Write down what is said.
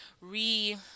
re